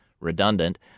redundant